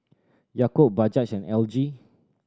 Yakult Bajaj and L G